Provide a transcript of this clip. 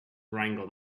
wrangle